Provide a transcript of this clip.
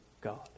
God